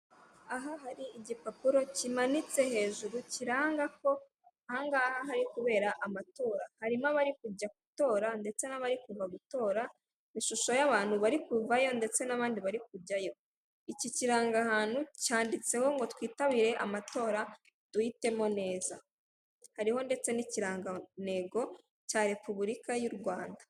Aha hari igipapuro kimanitse hejuru kiranga ko ahangaha hari kubera amatora harimo abari kujya gutora ndetse n'abari kuva gutora ishusho y'abantu bari kuvayo ndetse n'abandi bari kujyayo iki kiranga hantu cyanditseho ngo twitabire amatora duhitemo neza hariho ndetse n'ikirangantego cya repubulika y'u rwanda.